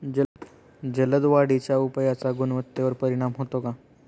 जलद वाढीच्या उपायाचा गुणवत्तेवर परिणाम होतो का?